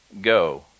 Go